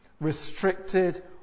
restricted